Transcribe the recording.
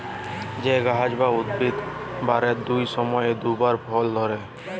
যে গাহাচ বা উদ্ভিদ বারের দুট সময়ে দুবার ফল ধ্যরে